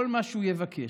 כל מה שהוא יבקש,